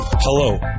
Hello